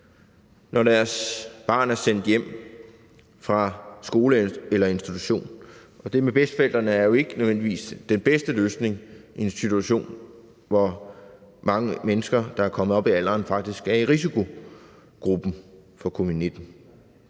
når deres barn er sendt hjem fra skole eller institution. Og det med bedsteforældrene er jo ikke nødvendigvis den bedste løsning i en situation, hvor mange mennesker, der er kommet op i alderen, faktisk er i risikogruppen ved smitte